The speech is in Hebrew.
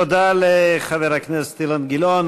תודה לחבר הכנסת אילן גילאון.